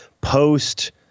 post